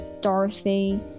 Dorothy